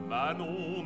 Manon